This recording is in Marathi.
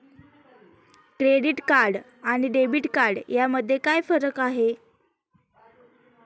क्रेडिट कार्ड आणि डेबिट कार्ड यामध्ये काय फरक आहे?